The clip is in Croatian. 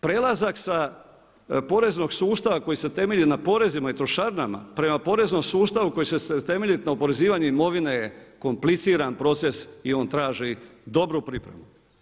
Prelazak sa poreznog sustava koji se temelji na porezima i trošarinama, prema poreznom sustavu koji će se temeljiti na oporezivanju imovine je kompliciran proces i on traži dobru pripremu.